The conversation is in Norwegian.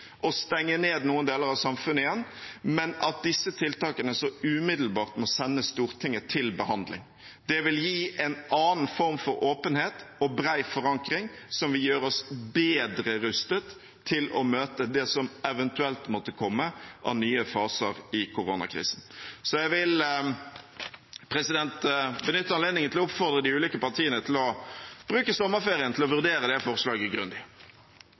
å stenge noen deler av samfunnet igjen, men at disse tiltakene umiddelbart må sendes Stortinget til behandling. Det vil gi en annen form for åpenhet og bred forankring, som vil gjøre oss bedre rustet til å møte det som eventuelt måtte komme av nye faser i koronakrisen. Jeg vil benytte anledningen til å oppfordre de ulike partiene til å bruke sommerferien til å vurdere det forslaget grundig.